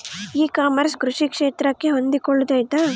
E commerce ಕೃಷಿ ಕ್ಷೇತ್ರಕ್ಕೆ ಹೊಂದಿಕೊಳ್ತೈತಾ?